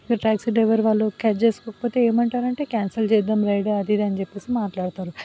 taxi driver వాళ్ళు catch చేసుకోకపోతే ఏమంటారు అంటే క్యాన్సిల్ చేద్దాం రైడ్ అది ఇది అని చెప్పేసి మాట్లాడతారు